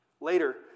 Later